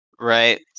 Right